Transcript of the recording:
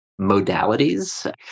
modalities